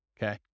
Okay